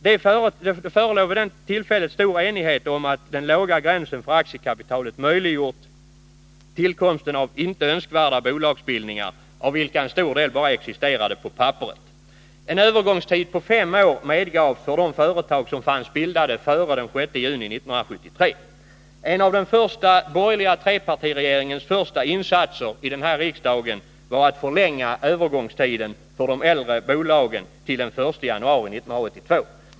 Det förelåg vid det tillfället stor enighet om att den låga gränsen för aktiekapitalet möjliggjort tillkomsten av inte önskvärda bolagsbildningar av vilka en stor del bara existerade på papperet. En övergångstid på fem år medgavs för de företag som bildats före den 6 juni 1973. En av den första borgerliga trepartiregeringens första insatser i den här riksdagen var att förlänga övergångstiden för de äldre bolagen till den 1 januari 1982.